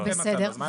בסדר.